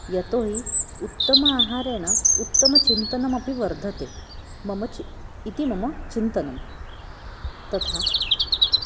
यतोहि उत्तम आहारेण उत्तमचिन्तनमपि वर्धते मम चि इति मम चिन्तनं तथा